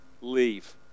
leave